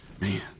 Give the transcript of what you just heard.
Man